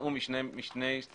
נבעו משני טעמים.